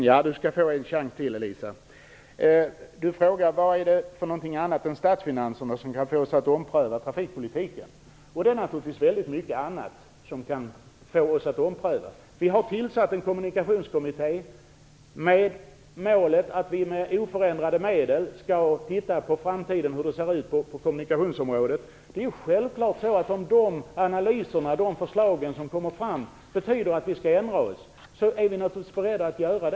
Fru talman! Alisa Abascal Reyes skall få en chans till. Hon frågar vad annat än statsfinanserna som kan få oss att ompröva trafikpolitiken. Det är naturligtvis väldigt mycket annat som kan få oss att ompröva. Vi har tillsatt en kommunikationskommitté med målet att titta på hur framtiden ser ut på kommunikationsområdet med oförändrade medel. Om de analyser och förslag som kommer fram innebär att vi skall ändra oss är vi naturligtvis beredda att göra det.